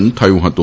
ન થયું હતું